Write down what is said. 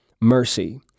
mercy